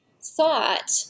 thought